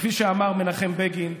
כפי שאמר מנחם בגין,